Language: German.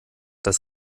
das